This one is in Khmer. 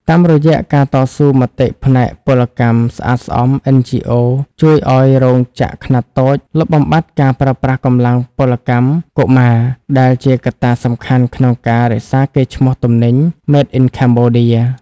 តាមរយៈការតស៊ូមតិផ្នែកពលកម្មស្អាតស្អំ NGOs ជួយឱ្យរោងចក្រខ្នាតតូចលុបបំបាត់ការប្រើប្រាស់កម្លាំងពលកម្មកុមារ ដែលជាកត្តាសំខាន់ក្នុងការរក្សាកេរ្តិ៍ឈ្មោះទំនិញ "Made in Cambodia"។